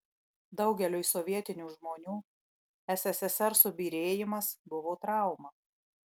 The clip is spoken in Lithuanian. daugeliui sovietinių žmonių sssr subyrėjimas buvo trauma